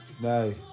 no